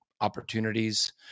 opportunities